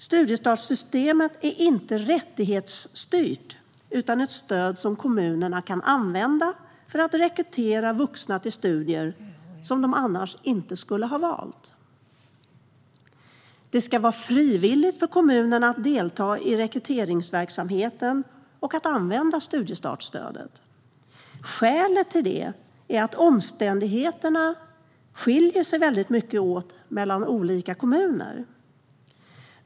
Studiestartssystemet är inte rättighetsstyrt utan ett stöd som kommunerna kan använda för att rekrytera vuxna till studier som de annars inte skulle ha valt. Det ska vara frivilligt för kommunerna att delta i rekryteringsverksamheten och använda studiestartsstödet. Skälet till det är att omständigheterna skiljer sig väldigt mycket åt mellan olika kommuner.